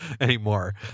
anymore